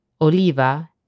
oliva